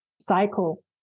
cycle